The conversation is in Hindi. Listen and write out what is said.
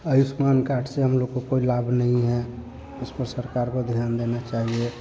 आयुष्मान कार्ड से हम लोग को कोई लाभ नहीं है इस पर सरकार को ध्यान देना चाहिए